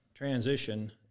Transition